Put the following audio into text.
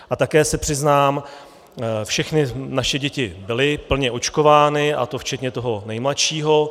A také se přiznám, že všechny naše děti byly plně očkovány, a to včetně toho nejmladšího.